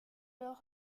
leurs